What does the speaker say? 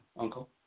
Uncle